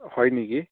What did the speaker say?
হয় নেকি